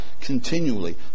continually